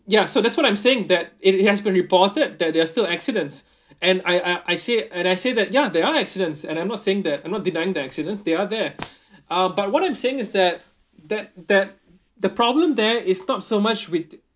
ya so that's what I'm saying that it has been reported that there are still accidents and I I I say and I say that ya there are accidents and I'm not saying that I'm not denying the accidents there are there uh but what I'm saying is that that that the problem there is not so much with